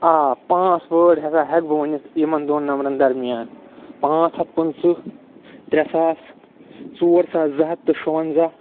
آ پانٛژھ وٲرڈ ہسا ہٮ۪کہٕ بہٕ ؤنِتھ یِمَن دوٚن نَمبرَن درمیان پانٛژھ ہَتھ پٕنٛژھٕ ترٛےٚ ساس ژور ساس زٕ ہَتھ تہٕ شُوَنٛزاہ